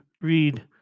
read